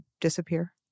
disappear